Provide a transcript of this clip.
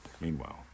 Meanwhile